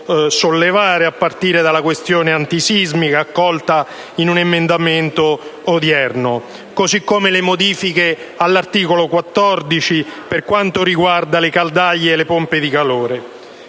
sollevare, a partire dalla questione antisismica, accolta in un emendamento approvato oggi, così come le modifiche all'articolo 14, per quanto riguarda le caldaie e le pompe di calore.